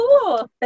cool